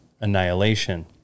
annihilation